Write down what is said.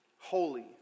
holy